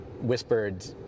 whispered